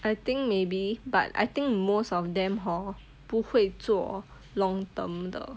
I think maybe but I think most of them hor 不会做 long term 的